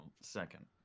second